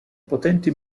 potenti